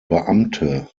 beamten